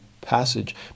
passage